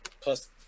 Plus